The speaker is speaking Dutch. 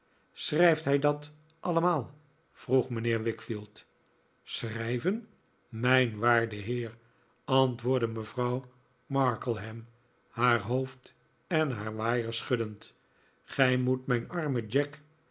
schrijft hij dat allemaal vroeg mijnheer wickfield schrijven mijn waarde heer antwoordde mevrouw markleham haar hoofd en haar waaier schuddend gij moet mijn armen jack